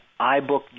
iBook